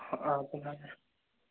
অঁ আপোনাৰ